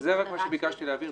את זה ביקשתי להבהיר.